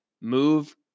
move